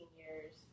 years